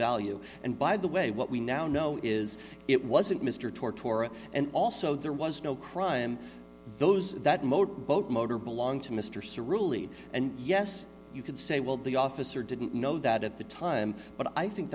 value and by the way what we now know is it wasn't mr tortorella and also there was no crime those that motor boat motor belong to mr surreally and yes you can say well the officer didn't know that at the time but i think